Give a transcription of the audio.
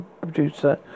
producer